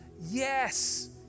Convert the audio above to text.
Yes